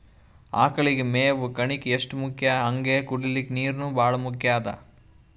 ಆಕಳಗಳಿಗ್ ಮೇವ್ ಕಣಕಿ ಎಷ್ಟ್ ಮುಖ್ಯ ಹಂಗೆ ಕುಡ್ಲಿಕ್ ನೀರ್ನೂ ಭಾಳ್ ಮುಖ್ಯ ಅದಾ